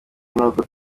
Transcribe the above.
n’ubwo